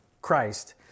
Christ